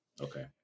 Okay